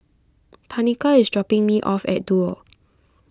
Tanika is dropping me off at Duo